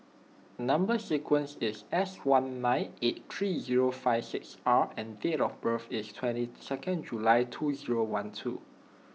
Number Sequence is S one nine eight three zero five six R and date of birth is twenty second July two zero one two